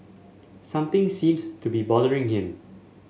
something seems to be bothering him